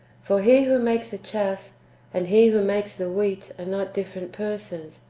for he who makes the chaff and he who makes the wheat are not different persons,